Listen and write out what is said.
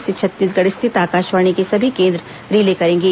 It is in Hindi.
इसे छत्तीसगढ़ स्थित आकाशवाणी के सभी केंद्र रिले करेंगे